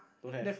don't have